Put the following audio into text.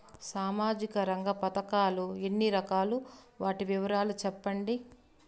సామాజిక రంగ పథకాలు ఎన్ని రకాలు? వాటి వివరాలు సెప్పండి